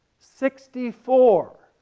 sixty four!